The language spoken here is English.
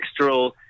textural